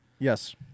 Yes